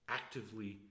actively